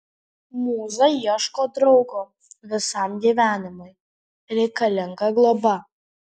mūza ieško draugo visam gyvenimui reikalinga globa